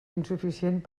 insuficient